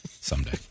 someday